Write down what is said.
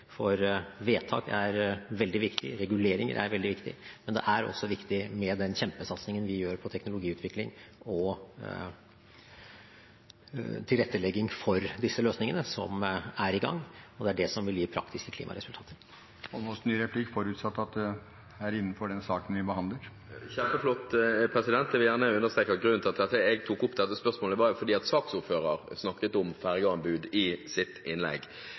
for vedtak er veldig viktige, reguleringer er veldig viktige, men det er også viktig med den kjempesatsingen vi gjør på teknologiutvikling og tilrettelegging for disse løsningene, som er i gang, og det er det som vil gi praktiske klimaresultater. Representanten Heikki Eidsvoll Holmås får ordet til en ny replikk forutsatt at det er innenfor den saken vi behandler. Kjempeflott, president. Jeg vil gjerne understreke at grunnen til at jeg tok opp dette spørsmålet, var at saksordføreren snakket om fergeanbud i sitt innlegg.